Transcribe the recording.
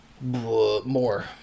More